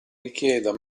richieda